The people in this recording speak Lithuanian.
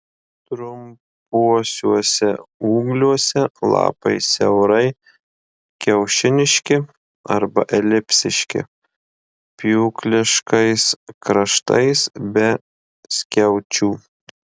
trumpuosiuose ūgliuose lapai siaurai kiaušiniški arba elipsiški pjūkliškais kraštais be skiaučių